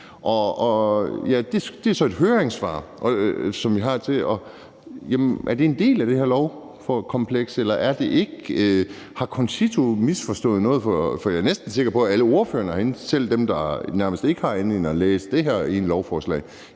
det er så et høringssvar, som vi har fået, men er det en del af det her lovkompleks, eller er det ikke? Har CONCITO misforstået noget? For jeg er næsten sikker på, at alle ordførerne herinde, selv dem, der nærmest ikke har været inde at læse det her lovforslag